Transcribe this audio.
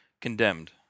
Condemned